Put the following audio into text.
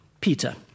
Peter